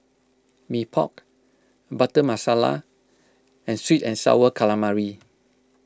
Mee Pok Butter Masala and Sweet and Sour Calamari